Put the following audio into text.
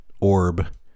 orb